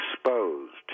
exposed